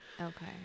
Okay